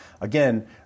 Again